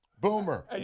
Boomer